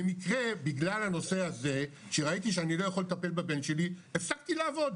במקרה בגלל הנושא הזה שראיתי שאני לא יכול לטפל בבן שלי הפסקתי לעבוד